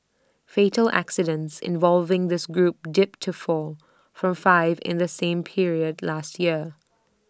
fatal accidents involving this group dipped to four from five in the same period last year